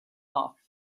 off